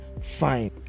fine